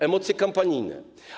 Emocje kampanijne.